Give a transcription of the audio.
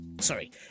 Sorry